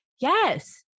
Yes